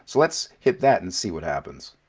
so let's hit that and see what happens.